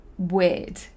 Weird